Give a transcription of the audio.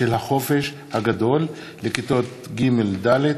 החופש הגדול" לכיתות ג'-ד',